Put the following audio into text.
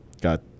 got